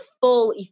full